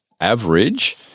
average